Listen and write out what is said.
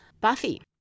Buffy